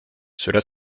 cela